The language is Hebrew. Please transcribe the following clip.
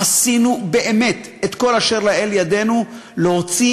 עשינו באמת את כל אשר לאל ידנו להוציא